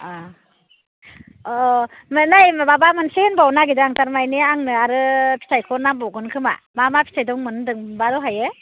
अ अ नै माबा मोनसे होनबावनो नागिरदों आं तारमाने आंनो आरो फिथाइखौ नांबावगोन खोमा मा मा फिथाइ दंमोन होन्दोंमोनबा दहायो